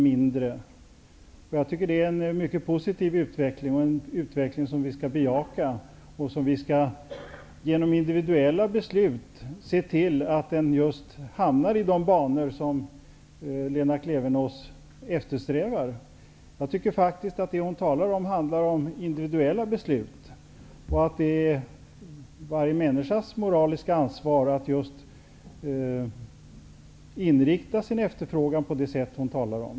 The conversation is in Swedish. Jag tycker att det är en mycket positiv utveckling. Det är en utveckling som vi skall bejaka. Genom individuella beslut skall vi se till att det blir en utveckling i just de banor som Lena Jag tycker faktiskt att det hon säger handlar om individuella beslut och att det är varje människas moraliska ansvar att just inrikta sin efterfrågan på det sätt som det här talas om.